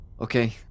Okay